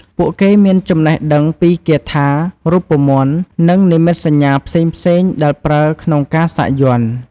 ពួកគេមានចំណេះដឹងពីគាថា រូបមន្ត និងនិមិត្តសញ្ញាផ្សេងៗដែលប្រើក្នុងការសាក់យ័ន្ត។